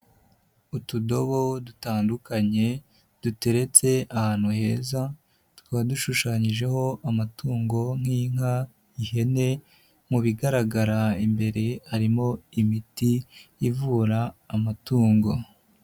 Utudobo dutandukanye duteretse ahantu heza, tukaba dushushanyijeho amatungo nk'inka, ihene, mu bigaragara imbere harimo imiti ivura amatungo.